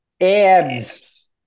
Abs